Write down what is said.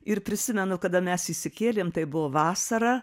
ir prisimenu kada mes įsikėlėm tai buvo vasara